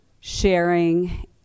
sharing